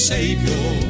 Savior